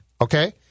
okay